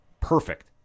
Perfect